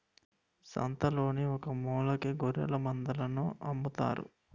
సంతలోన ఒకమూలకి గొఱ్ఱెలమందలను అమ్ముతారు